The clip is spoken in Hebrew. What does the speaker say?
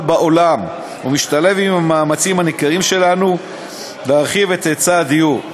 בעולם ומשתלב במאמצים הניכרים שלנו להרחיב את היצע הדיור.